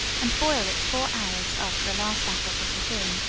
and boil it four hours after the last apples are put in,